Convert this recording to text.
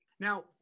Now